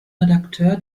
redakteur